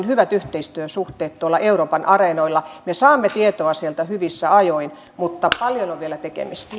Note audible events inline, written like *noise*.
*unintelligible* hyvät yhteistyösuhteet tuolla euroopan areenoilla me saamme tietoa sieltä hyvissä ajoin mutta paljon on vielä tekemistä *unintelligible*